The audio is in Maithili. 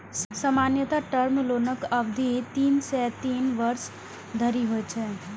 सामान्यतः टर्म लोनक अवधि तीन सं तीन वर्ष धरि होइ छै